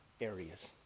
areas